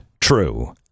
true